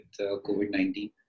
COVID-19